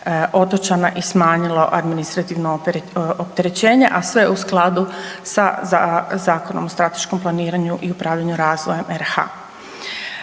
otočana i smanjilo administrativno opterećenje, a sve u skladu sa Zakonom o strateškom planiranju i upravljanju razvojem RH.